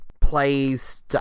plays